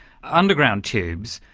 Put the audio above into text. underground tubes,